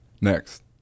Next